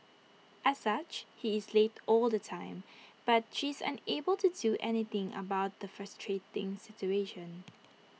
as such he is late all the time but she is unable to do anything about the frustrating situation